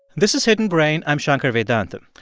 this is hidden brain. i'm shankar vedantam.